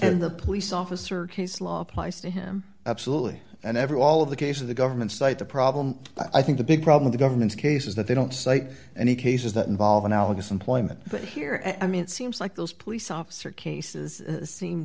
and the police officer case law applies to him absolutely and every all of the case of the government site the problem i think the big problem the government's case is that they don't cite any cases that involve analogous employment here and i mean it seems like those police officer cases seem